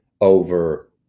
over